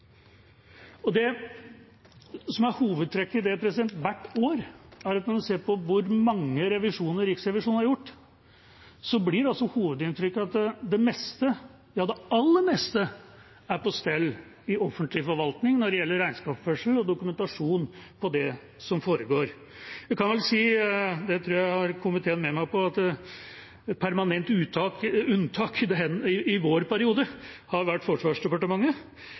Det som er hovedtrekket i det – hvert år – er at når man ser på hvor mange revisjoner Riksrevisjonen har gjort, blir hovedinntrykket at det aller meste er på stell i offentlig forvaltning når det gjelder regnskapsførsel og dokumentasjon på det som foregår. Jeg kan vel si, og det tror jeg at jeg har komiteen med meg på, at et permanent unntak i vår periode har vært Forsvarsdepartementet.